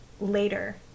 later